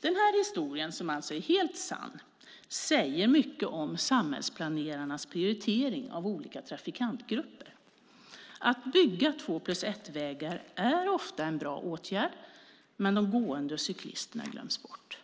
Den här historien, som alltså är helt sann, säger mycket om samhällsplanerarnas prioritering av olika trafikantgrupper. Att bygga två-plus-ett-vägar är ofta en bra åtgärd, men de gående och cyklisterna glöms bort.